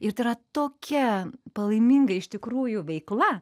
ir tai yra tokia palaiminga iš tikrųjų veikla